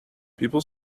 people